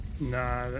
Nah